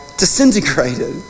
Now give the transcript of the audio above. disintegrated